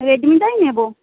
রেডমিটাই নেব